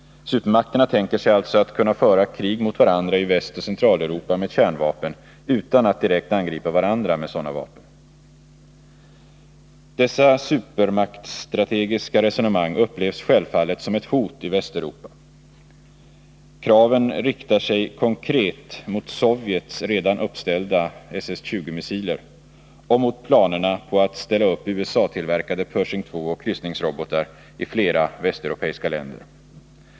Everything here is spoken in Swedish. Supermakterna tänker sig alltså att kunna föra krig mot varandra i Västoch Centraleuropa med kärnvapen utan att direkt angripa varandra med sådana vapen. Dessa supermaktsstrategiska resonemang upplevs självfallet som ett hot i Västeuropa. Kraven riktar sig konkret mot Sovjets redan uppställda SS 20-missiler och mot planerna på att ställa upp USA-tillverkade Pershing 2 och kryssningsrobotar i flera västeuropeiska länder.